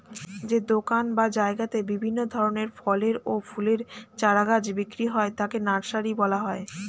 যে দোকান বা জায়গাতে বিভিন্ন ধরনের ফলের ও ফুলের চারা গাছ বিক্রি হয় তাকে নার্সারি বলা হয়